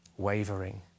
wavering